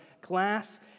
glass